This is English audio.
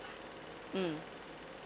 mm